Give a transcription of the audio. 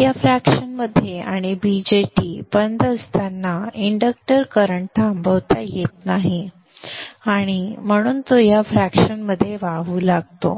या फ्रॅक्शन मध्ये आणि BJT बंद असताना इंडक्टर करंट थांबवता येत नाही आणि म्हणून तो या फ्रॅक्शन मध्ये वाहू लागेल